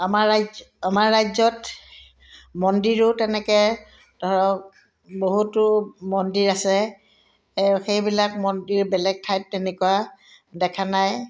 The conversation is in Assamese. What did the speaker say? আমাৰ ৰাজ আমাৰ ৰাজ্যত মন্দিৰো তেনেকৈ ধৰক বহুতো মন্দিৰ আছে সেইবিলাক মন্দিৰ বেলেগ ঠাইত তেনেকুৱা দেখা নাই